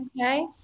Okay